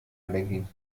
banking